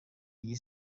iyi